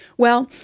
well,